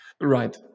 Right